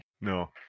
No